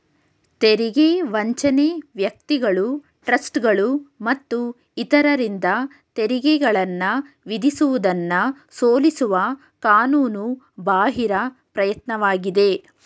ತೆರಿಗೆ ವಂಚನೆ ವ್ಯಕ್ತಿಗಳು ಟ್ರಸ್ಟ್ಗಳು ಮತ್ತು ಇತರರಿಂದ ತೆರಿಗೆಗಳನ್ನ ವಿಧಿಸುವುದನ್ನ ಸೋಲಿಸುವ ಕಾನೂನು ಬಾಹಿರ ಪ್ರಯತ್ನವಾಗಿದೆ